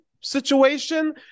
situation